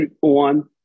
One